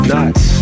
Nuts